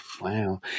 Wow